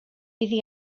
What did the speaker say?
iddi